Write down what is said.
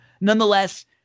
Nonetheless